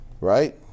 right